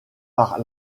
par